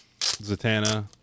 Zatanna